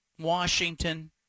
Washington